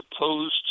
opposed